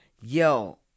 Yo